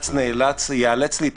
בג"ץ ייאלץ להתערב,